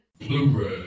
Blu-ray